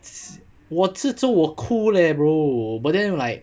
我吃粥我哭 leh bro but then like